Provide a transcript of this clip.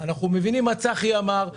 אנחנו מבינים מה צחי אמר,